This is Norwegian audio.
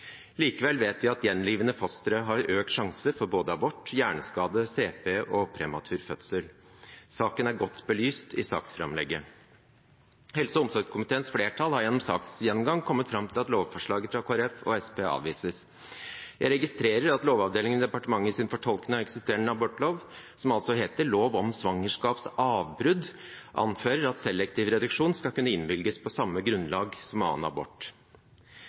Likevel vet vi at gjenlevende fostre har økt sjanse for både abort, hjerneskade, CP og prematur fødsel. Saken er godt belyst i saksframlegget. Helse- og omsorgskomiteens flertall har gjennom saksgjennomgangen kommet fram til at lovforslaget fra Kristelig Folkeparti og Senterpartiet avvises. Jeg registrerer at Lovavdelingen i departementet i sin fortolkning av eksisterende abortlov, som heter lov om svangerskapsavbrudd, anfører at selektiv reduksjon skal kunne innvilges på samme grunnlag som annen abort.